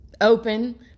open